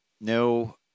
no